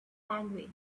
language